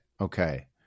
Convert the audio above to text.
Okay